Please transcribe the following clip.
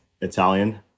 Italian